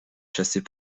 chassait